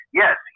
yes